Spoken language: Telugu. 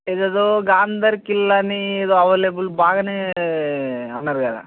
ఇదేదో గాంధర్ కిల్ అని ఏదో అవైలబుల్ బాగానే అన్నారు కదా